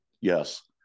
yes